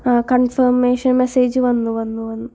ആഹ് confirmation message വന്നു വന്നു